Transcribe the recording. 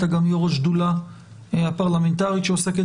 אתה גם יושב ראש השדולה הפרלמנטרית שעוסקת